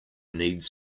needs